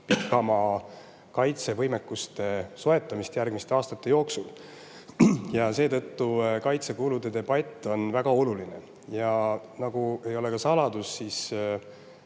meie oma kaitsevõimekuste soetamist järgmiste aastate jooksul. Seetõttu kaitsekulude debatt on väga oluline. Nagu ei ole ka saladus, siis